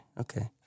okay